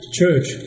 church